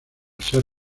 ser